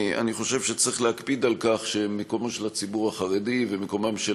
אני חושב שצריך להקפיד על כך שמקומו של הציבור החרדי ומקומם של